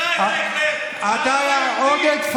דרייפוס היה יהודי, ואני לא יהודי.